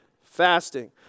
Fasting